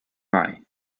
rye